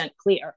clear